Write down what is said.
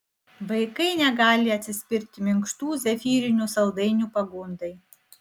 vaikai negali atsispirti minkštų zefyrinių saldainių pagundai